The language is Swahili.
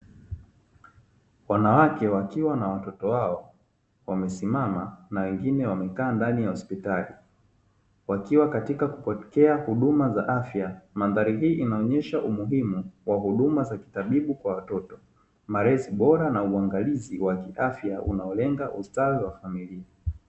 Wanawake wakiwa na watoto wao wamesimama na wengine wamekaa ndani ya hospitali, wakiwa katika kupokea huduma za afya madhari hii inaonyesha umuhimu wa huduma za kitabibu kwa watoto malezi bora na uangalizi wa kiafya unaolenga ustawi wa familia.